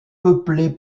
peuplée